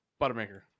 Buttermaker